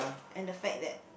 and the fact that